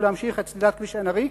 ולהמשיך את סלילת כביש עין-עריק.